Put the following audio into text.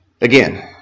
Again